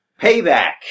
Payback